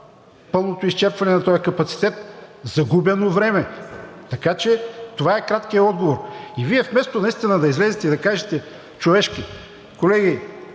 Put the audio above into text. Пълното изчерпване на тоя капацитет – загубено време, така че това е краткият отговор. Вие, вместо наистина да излезете и да кажете човешки: колеги,